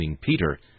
Peter